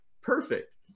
perfect